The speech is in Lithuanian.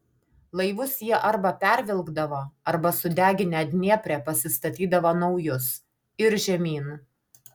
laivus jie arba pervilkdavo arba sudeginę dniepre pasistatydavo naujus ir žemyn